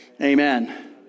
Amen